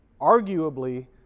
arguably